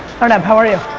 parnev, how are you?